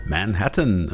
Manhattan